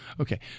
Okay